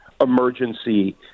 emergency